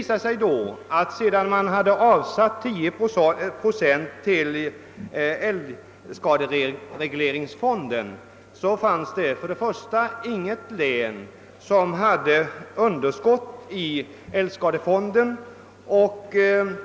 Sedan 10 procent avsatts till älgskaderegleringsfonden vi sade inget län underskott i redovisningen till älgskadefonden.